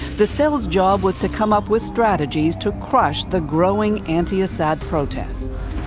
the cell's job was to come up with strategies to crush the growing anti-assad protests.